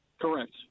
Correct